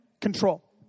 control